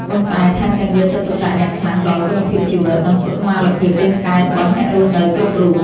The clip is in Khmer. ប៉ុន្តែថែមទាំងយកចិត្តទុកដាក់យ៉ាងខ្លាំងដល់គុណភាពជីវិត និងសុខុមាលភាពរាងកាយរបស់អ្នករស់នៅគ្រប់រូប។